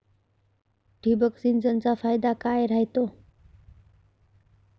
ठिबक सिंचनचा फायदा काय राह्यतो?